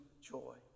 joy